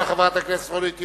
תודה לחברת הכנסת רונית תירוש.